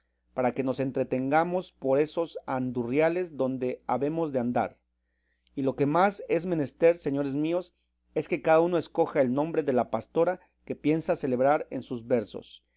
para que nos entretengamos por esos andurriales donde habemos de andar y lo que más es menester señores míos es que cada uno escoja el nombre de la pastora que piensa celebrar en sus versos